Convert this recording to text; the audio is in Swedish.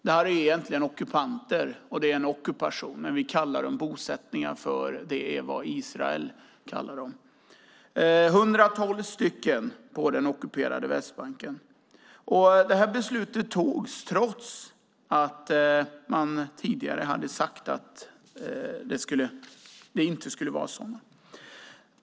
Detta är egentligen ockupanter, och det är en ockupation. Men vi kallar detta bosättningar eftersom det är vad Israel kallar dem. Det är 112 bosättningar på den ockuperade Västbanken. Detta beslut togs trots att man tidigare hade sagt att man inte skulle göra det.